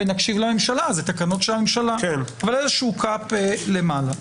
ונקשיב לממשלה זה תקנות של הממשלה איזשהו קאפ למעלה.